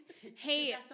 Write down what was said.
Hey